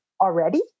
already